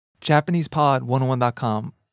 JapanesePod101.com